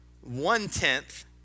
one-tenth